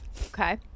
Okay